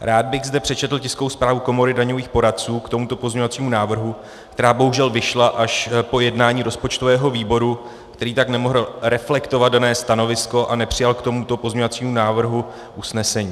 Rád bych zde přečetl tiskovou zprávu Komory daňových poradců k tomuto pozměňovacímu návrhu, která bohužel vyšla až po jednání rozpočtového výboru, který tak nemohl reflektovat dané stanovisko a nepřijal k tomuto pozměňovacímu návrhu usnesení: